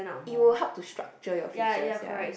it will help to structure your features ya